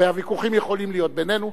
הרי הוויכוחים יכולים להיות בינינו.